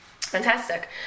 Fantastic